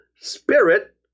spirit